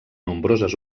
nombroses